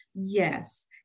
Yes